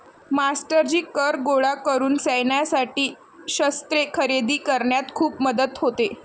मास्टरजी कर गोळा करून सैन्यासाठी शस्त्रे खरेदी करण्यात खूप मदत होते